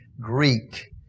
Greek